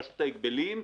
רשות ההגבלים,